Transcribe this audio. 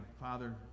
father